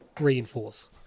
reinforce